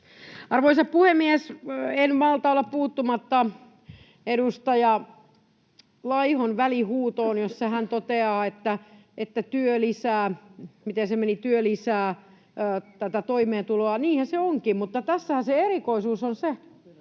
Arvoisa puhemies! En malta olla puuttumatta edustaja Laihon välihuutoon, jossa hän toteaa, että työ lisää... — miten se meni? — että työ lisää toimeentuloa. Niinhän se onkin, mutta tässähän se erikoisuus on se,